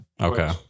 Okay